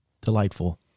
delightful